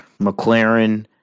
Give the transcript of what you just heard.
McLaren